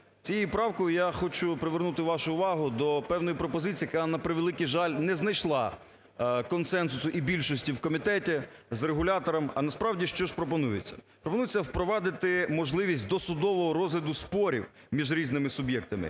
цією правкою я хочу привернути вашу увагу до певної пропозиції, яка, на превеликий жаль, не знайшла консенсусу і більшості в комітеті з регулятором. А насправді, що ж пропонується? Пропонується впровадити можливість досудового розгляду спорів між різними суб'єктами,